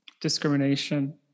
Discrimination